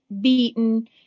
beaten